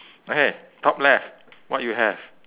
okay top left what you have